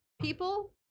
people